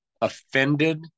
offended